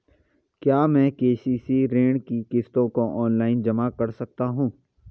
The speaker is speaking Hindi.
क्या मैं के.सी.सी ऋण की किश्तों को ऑनलाइन जमा कर सकता हूँ?